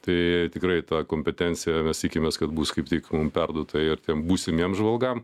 tai tikrai ta kompetencija mes tikimės kad bus kaip tik mum perduota ir tiem būsimiem žvalgam